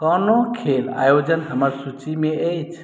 कओनो खेल आयोजन हमर सूचीमे अछि